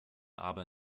aber